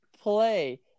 play